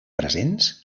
presents